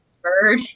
bird